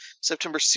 September